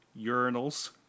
urinals